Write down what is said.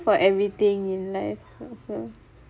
for everything in life also